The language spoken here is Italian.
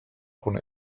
con